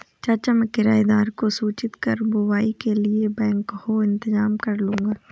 चाचा मैं किराएदार को सूचित कर बुवाई के लिए बैकहो इंतजाम करलूंगा